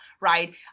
right